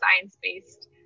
science-based